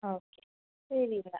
ആ ഓക്കേ ശരി എന്നാൽ